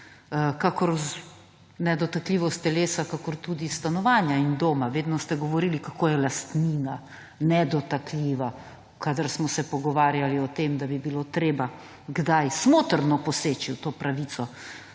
kakor nedotakljivost telesa, stanovanja in doma. Vedno ste govorili, kako je lastnina nedotakljiva, kadar smo se pogovarjali o tem, da bi bilo treba kdaj smotrno poseči v to pravico,